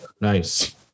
Nice